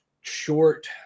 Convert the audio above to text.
short